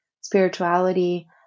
spirituality